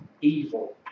evil